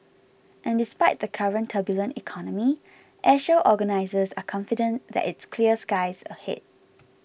and despite the current turbulent economy Airshow organisers are confident that it's clear skies ahead